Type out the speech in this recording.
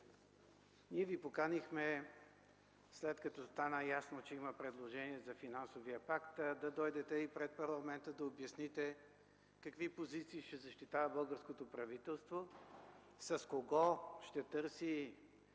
ние Ви поканихме, след като стана ясно, че има предложение за Финансовия пакт – да дойдете и да обясните пред парламента какви позиции ще защитава българското правителство, с кого ще търси